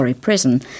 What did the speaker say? prison